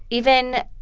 even,